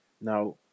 Now